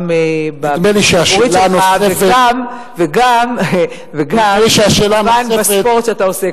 לי שהשאלה הנוספת ----- וגם כמובן בספורט שאתה עוסק בו.